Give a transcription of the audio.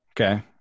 Okay